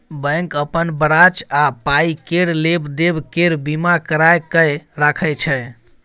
bank अपन branch आ पाइ केर लेब देब केर बीमा कराए कय राखय छै